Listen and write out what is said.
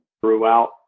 throughout